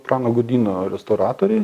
prano gudyno restauratoriai